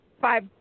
five